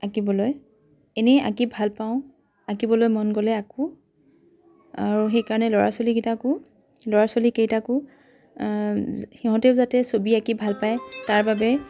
আঁকিবলৈ এনেই আঁকি ভালপাওঁ আঁকিবলৈ মন গ'লে আঁকো আৰু সেইকাৰণে ল'ৰা ছোৱালীগিটাকো ল'ৰা ছোৱালী কেইটাকো সিহঁতেও যাতে ছবি আঁকি ভালপায় তাৰ বাবে